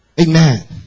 Amen